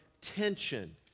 tension